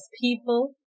people